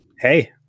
Hey